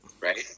Right